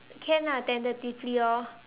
can ah tentatively orh